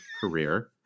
career